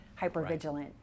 hypervigilant